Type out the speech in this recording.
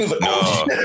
no